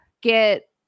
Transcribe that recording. get